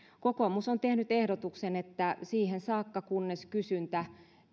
kokoomus on tehnyt ehdotuksen että siihen saakka kunnes kysyntä